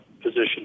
position